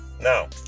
now